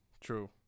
True